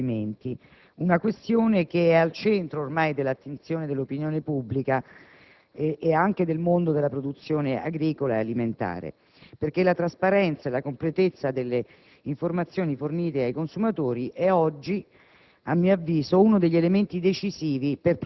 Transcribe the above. la questione dell'etichettatura degli alimenti, che ormai è al centro dell'attenzione dell'opinione pubblica e anche del mondo della produzione agricola ed alimentare. Infatti, la trasparenza e la completezza delle informazioni fornite ai consumatori è oggi,